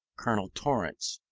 colonel torrens,